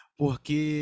porque